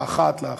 האחת לאחר.